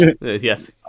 Yes